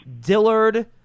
Dillard